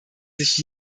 sich